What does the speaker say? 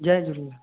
Jay Jhulelal